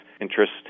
interest